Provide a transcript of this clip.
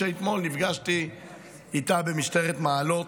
שאתמול נפגשתי איתה במשטרת מעלות,